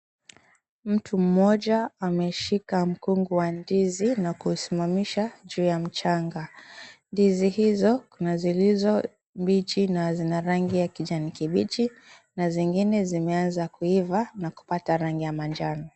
Mtu mmoja ameshika mkungu wa ndizi na kusimamisha juu ya mchanga. Ndizi hizo kuna zilizo mbichi, na zina rangi ya kijani kibichi na zingine zimeanza kuiva na kupata rangi ya manjano.